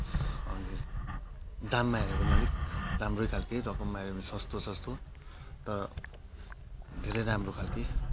अनि दाममा हेर्यो भने अलिक राम्रो खाल्के रकम हेर्यो भने सस्तो सस्तो तर धेरै राम्रो खाल्के